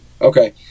Okay